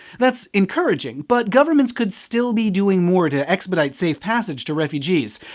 that's encouraging but governments could still be doing more to expedite safe passage to refugees.